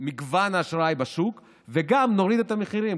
מגוון האשראי בשוק וגם נוריד את המחירים,